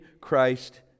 Christ